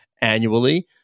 annually